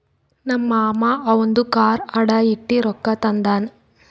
ನಮ್ ಮಾಮಾ ಅವಂದು ಕಾರ್ ಅಡಾ ಇಟ್ಟಿ ರೊಕ್ಕಾ ತಂದಾನ್